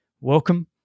Welcome